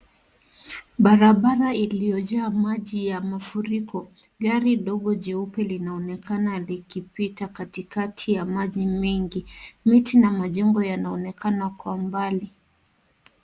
Barabara iliyojaa maji ya mafuriko, gari dogo jeupe linaonekana likipita katikati ya maji mengi. Miti na majengo yanaonekana kwa mbali.